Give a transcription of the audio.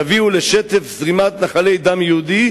יביאו לשטף זרימת נחלי דם יהודי,